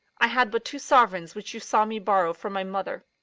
i had but two sovereigns, which you saw me borrow from my mother.